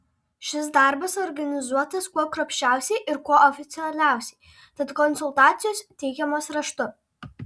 šis darbas organizuotas kuo kruopščiausiai ir kuo oficialiausiai tad konsultacijos teikiamos raštu